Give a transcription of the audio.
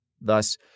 Thus